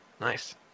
Nice